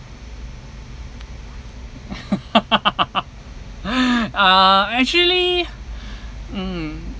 uh actually mmhmm